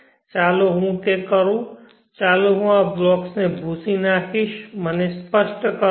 ચાલો હું તે કરું ચાલો હું આ બ્લોક્સ ભૂંસી નાખીશ મને સ્પષ્ટ કરવા દો